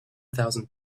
thousand